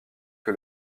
que